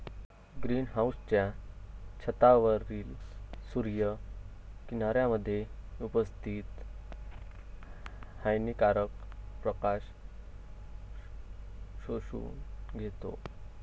green हाउसच्या छतावरील सूर्य किरणांमध्ये उपस्थित हानिकारक प्रकाश शोषून घेतो